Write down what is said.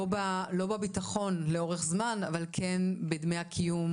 לא בביטחון לאורך זמן אבל כן בדמי הקיום